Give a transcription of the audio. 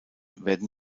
werden